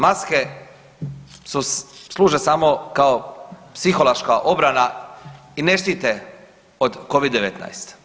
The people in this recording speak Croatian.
Maske služe samo kao psihološka obrana i ne štite od Covid-19.